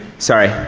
sorry